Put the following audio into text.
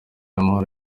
amahoro